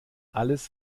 alles